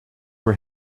were